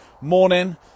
morning